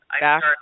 back